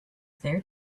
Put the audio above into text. there